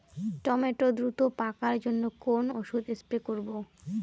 Tomato দ্রুত পাকার জন্য কোন ওষুধ স্প্রে করব?